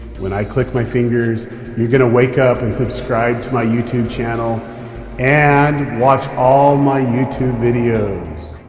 when i click my fingers you're going to wake up and subscribe to my youtube channel and watch all my youtube videos.